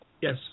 Yes